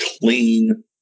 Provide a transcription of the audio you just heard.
clean